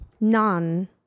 None